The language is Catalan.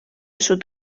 sud